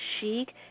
Chic